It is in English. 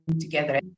together